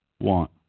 want